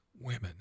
women